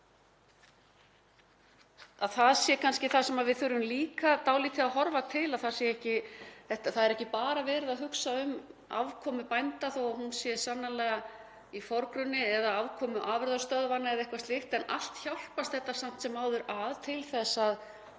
það sé kannski það sem við þurfum líka dálítið að horfa til. Það er ekki bara verið að hugsa um afkomu bænda, þó að hún sé sannarlega í forgrunni, eða afkomu afurðastöðvanna eða eitthvað slíkt en allt hjálpast þetta samt sem áður að til að